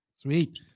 Sweet